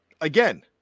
again